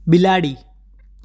બિલાડી